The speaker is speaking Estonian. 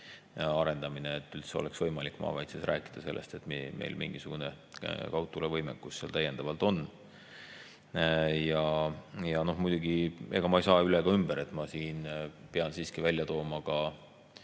arendamine, et üldse oleks võimalik maakaitses rääkida sellest, et meil mingisugune kaugtulevõimekus seal täiendavalt on. Ja muidugi ei saa üle ega ümber sellest, ma pean siiski välja tooma ka